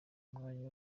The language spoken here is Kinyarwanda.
umwanya